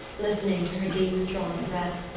listening to her deep-drawn breath.